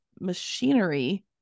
machinery